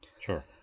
Sure